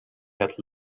had